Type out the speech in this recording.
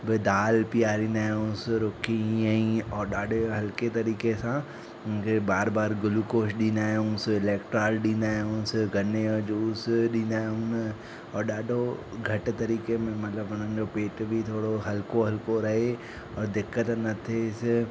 दाल पीआरींदा आयूं रुखी ईअं ई औरि ॾाढे हल्के तरीक़े सां हुन खे बार बार गुलूकोस ॾींदा आहियूं इलेक्ट्राल ॾींदा आहियूं गन्ने जो जूस ॾींदा आहियूं ऐं ॾाढो घटि तरीके में मतिलब उननि जो पेट बि थोरो हल्को हल्को रहे ऐं दिक़त न थेसि